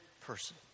person